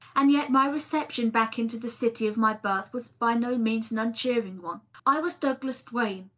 and yet my reception back into the city of my birth was by no means an uncheering one. i was douglas duane,